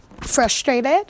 frustrated